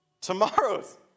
Tomorrow's